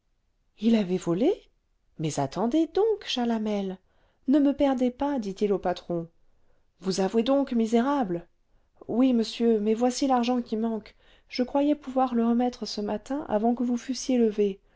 il avait volé mais attendez donc chalamel ne me perdez pas dit-il au patron vous avouez donc misérable oui monsieur mais voici l'argent qui manque je croyais pouvoir le remettre ce matin avant que vous fussiez levé